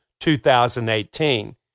2018